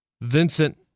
Vincent